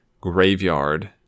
graveyard